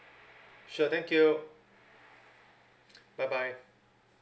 sure thank you bye bye